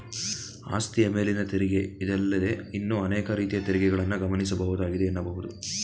ಆಸ್ತಿಯ ಮೇಲಿನ ತೆರಿಗೆ ಇದಲ್ಲದೇ ಇನ್ನೂ ಅನೇಕ ರೀತಿಯ ತೆರಿಗೆಗಳನ್ನ ಗಮನಿಸಬಹುದಾಗಿದೆ ಎನ್ನಬಹುದು